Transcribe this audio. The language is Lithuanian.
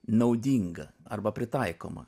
naudinga arba pritaikoma